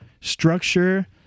Structure